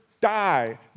die